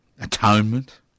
atonement